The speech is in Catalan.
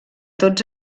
tots